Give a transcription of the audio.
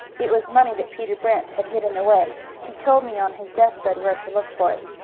it was money that peter brant had hidden away. he told me on his death-bed where to look for it.